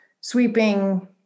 sweeping